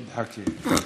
(אומר בערבית: